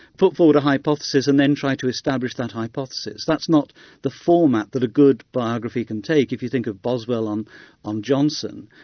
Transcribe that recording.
put forward a hypothesis and then try to establish that hypothesis. that's not the format that a good biography can take. if you think of boswell on on johnson,